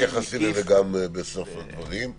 תתייחסי גם לזה בסוף הדברים.